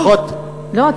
לפחות, לא.